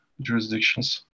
jurisdictions